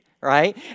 right